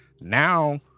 Now